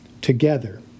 together